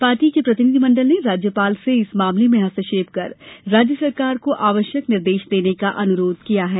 party के प्रतिनिधि मंडल ने राज्यपाल से इस मामले में हस्ताक्षेप कर राज्य सरकार को आवश्यक निर्देश देने का अनुरोध किया है